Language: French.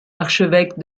archevêque